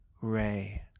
ray